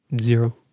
Zero